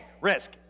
Risk